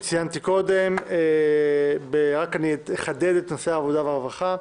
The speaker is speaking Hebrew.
ושני נציגים נוספים אחד נציג הרשימה המשותפת